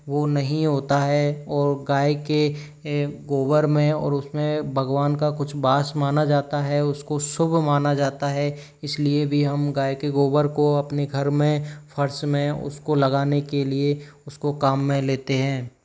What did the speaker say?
वो नहीं होता है और गाय के गोबर में और उसमें भगवान का कुछ वास माना जाता है उसको शुभ माना जाता है इसलिए भी हम गाय के गोबर को अपने घर में फ़र्श में उसको लगाने के लिए उसको काम में लेते हैं